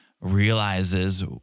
realizes